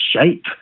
shape